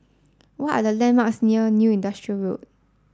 what are the landmarks near New Industrial Road